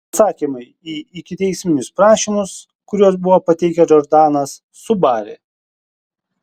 atsakymai į ikiteisminius prašymus kuriuos buvo pateikę džordanas su bari